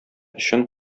өчен